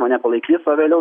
mane palaikys o vėliau